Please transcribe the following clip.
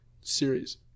series